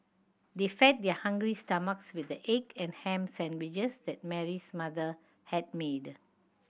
they fed their hungry stomachs with the egg and ham sandwiches that Mary's mother had made